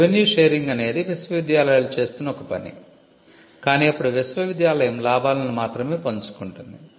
revenue sharing అనేది విశ్వవిద్యాలయాలు చేస్తున్న ఒక పని కాని అప్పుడు విశ్వవిద్యాలయం లాభాలను మాత్రమే పంచుకుంటుంది